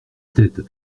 tête